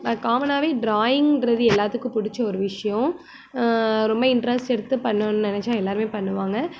but காமனாகவே ட்ராயிங்கிறது எல்லாேத்துக்கும் பிடிச்ச ஒரு விஷயம் ரொம்ப இன்ட்ரெஸ்ட் எடுத்து பண்ணணும்னு நினச்சா எல்லாேருமே பண்ணுவாங்க